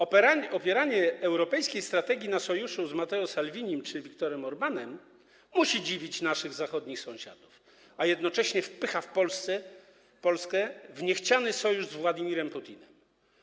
Opieranie europejskiej strategii na sojuszu z Matteo Salvinim czy Viktorem Orbánem musi dziwić naszych zachodnich sąsiadów, a jednocześnie wpycha Polskę w niechciany sojusz z Władimirem Putinem.